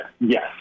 yes